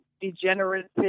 degenerative